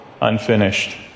unfinished